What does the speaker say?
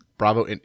Bravo –